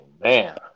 Man